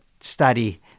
study